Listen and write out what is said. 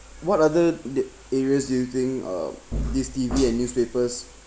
what other d~ areas do you think uh this T_V and newspapers